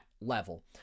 level